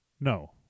No